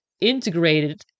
integrated